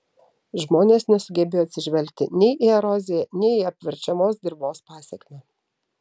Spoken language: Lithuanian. žmonės nesugebėjo atsižvelgti nei į eroziją nei į apverčiamos dirvos pasekmę